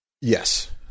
Yes